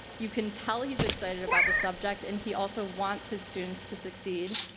you can tell he's excited about the subject and he also wants his students to succeed,